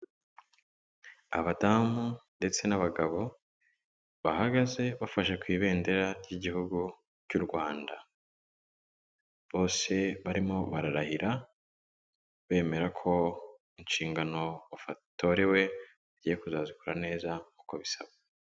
Abadamu ndetse n'abagabo bahagaze bafashe ku ibendera ry'igihugu cy'u Rwanda, bose barimo bararahira bemera ko inshingano batorewe bagiye kuzazikora neza nkuko bisabwa.